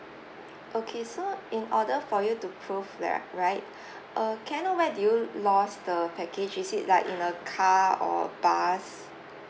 okay so in order for you to prove that right uh can I know where did you lost the baggage is it like in a car or bus